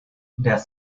does